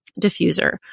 diffuser